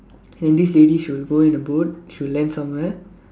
then this lady she will go in the boat she will land somewhere